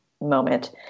moment